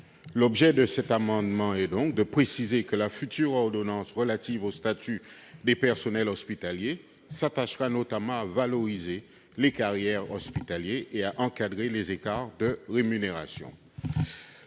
L'objet de cet amendement est donc de préciser que la future ordonnance relative aux statuts des personnels hospitaliers s'attachera, notamment, à valoriser les carrières hospitalières et à encadrer les écarts de rémunération.